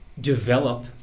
develop